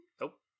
Nope